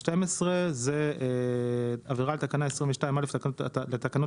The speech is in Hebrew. פסקה (12) זה עבירה על תקנה 22(א) לתקנות